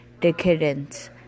decadence